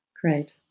great